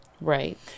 Right